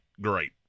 great